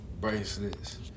bracelets